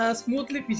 smoothly